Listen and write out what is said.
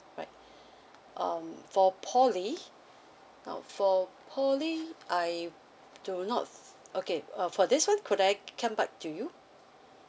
right um for poly now for poly I do not f~ okay uh for this [one] could I come back to you